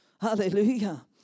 Hallelujah